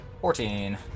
Fourteen